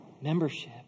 membership